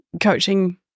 coaching